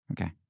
Okay